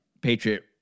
Patriot